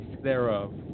thereof